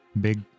big